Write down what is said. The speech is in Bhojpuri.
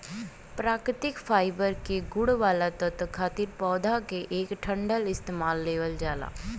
प्राकृतिक फाइबर के गुण वाला तत्व खातिर पौधा क डंठल इस्तेमाल लेवल जाला